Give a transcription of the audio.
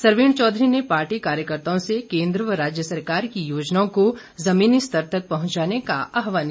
सरवीण चौधरी ने पार्टी कार्यकर्ताओं से केंद्र व राज्य सरकार की योजनाओं को जमीनस्तर तक पहुंचाने का आहवान किया